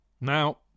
Now